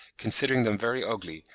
considering them very ugly,